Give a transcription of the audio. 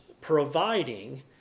providing